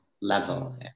level